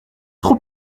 trop